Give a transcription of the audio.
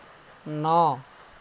ন